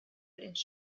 ins